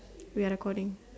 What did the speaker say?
we are recording